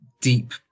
deep